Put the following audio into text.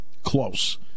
close